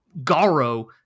garo